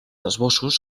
esbossos